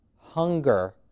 hunger